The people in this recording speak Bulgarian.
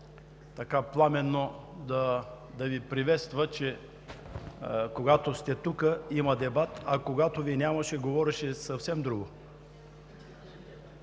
така пламенно да Ви приветства, че когато сте тук – има дебат, а когато Ви нямаше, говореше съвсем друго.